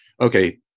okay